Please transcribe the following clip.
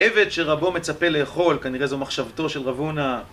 עבד שרבו מצפה לאכול, כנראה זו מחשבתו של רב הונה,